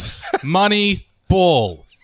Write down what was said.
Moneyball